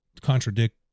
contradict